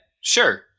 sure